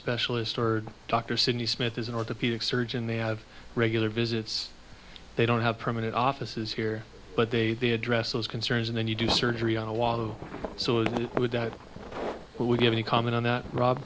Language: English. specialist or dr sydney smith is an orthopedic surgeon they have regular visits they don't have permanent offices here but they they address those concerns and then you do surgery on a lot of so it would i would give any comment on that rob